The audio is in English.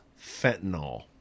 fentanyl